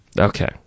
Okay